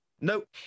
Nope